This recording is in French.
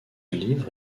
livre